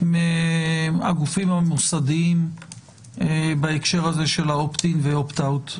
מהגופים המוסדיים בהקשר הזה של ה"אופט-אין" וה"אופט-אאוט".